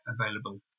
available